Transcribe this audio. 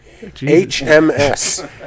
HMS